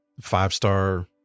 five-star